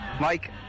Mike